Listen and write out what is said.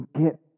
get